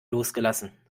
losgelassen